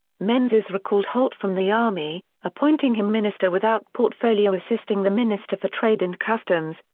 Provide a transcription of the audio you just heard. menzies recalled holt from the army, appointing him minister without portfolio assisting the minister for trade and customs,